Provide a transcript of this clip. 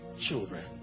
children